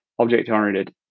object-oriented